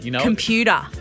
computer